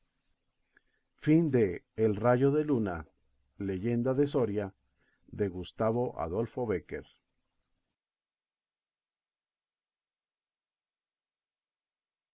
esposo el rayo de luna leyenda de soria de gustavo adolfo bécquer